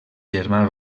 germà